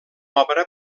obra